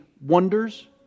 wonders